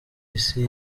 isi